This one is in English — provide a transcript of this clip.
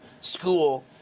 school